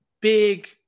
big